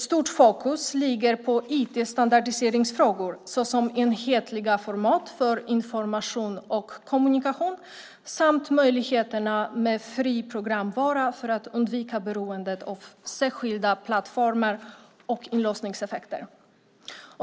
Stort fokus ligger på IT-standardiseringsfrågor, såsom enhetliga format för information och kommunikation, samt möjligheterna med fri programvara för att undvika beroendet av särskilda plattformar och inlåsningseffekter.